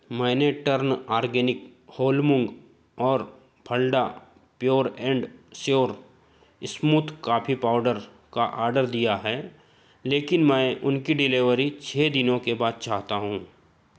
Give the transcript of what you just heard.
मैंने turn organic whole मूँग और फलडा pure and sure smooth coffee powder का आर्डर दिया है लेकिन मैं उनकी डिलीवरी छः दिनों के बाद चाहता हूँ